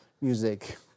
music